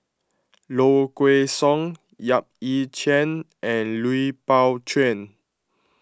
Low Kway Song Yap Ee Chian and Lui Pao Chuen